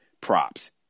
props